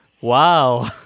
wow